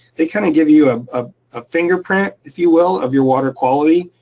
they kind of give you ah ah a fingerprint, if you will, of your water quality.